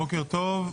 בוקר טוב.